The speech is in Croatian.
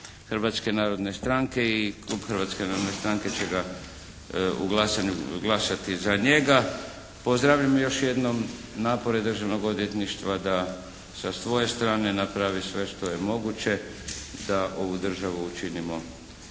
Hrvatske narodne stranke i klub Hrvatske narodne stranke će glasati za njega. Pozdravljam još jednom napore Državnog odvjetništva da sa svoje strane napravi sve što je moguće da ovu državu učinimo